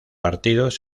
partidos